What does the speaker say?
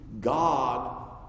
God